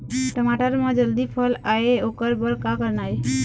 टमाटर म जल्दी फल आय ओकर बर का करना ये?